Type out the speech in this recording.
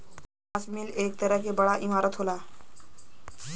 कपास मिल एक तरह क बड़ा इमारत होला